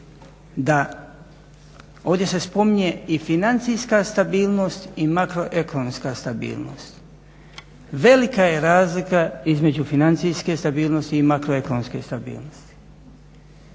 da ovdje se spominje i financijska stabilnost i makroekonomska stabilnost. Velika je razlika između financijske stabilnosti i makroekonomske stabilnosti.